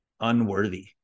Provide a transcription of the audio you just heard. unworthy